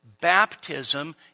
baptism